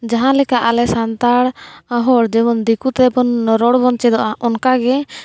ᱡᱟᱦᱟᱸ ᱞᱮᱠᱟ ᱟᱞᱮ ᱥᱟᱱᱛᱟᱲ ᱦᱚᱲ ᱡᱮᱢᱚᱱ ᱫᱤᱠᱩᱛᱮ ᱨᱚᱲᱵᱚᱱ ᱪᱮᱫᱚᱜᱼᱟ ᱚᱱᱠᱟᱜᱮ